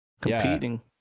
competing